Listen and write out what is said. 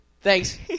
Thanks